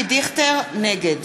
נגד